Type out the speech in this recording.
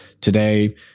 Today